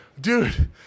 dude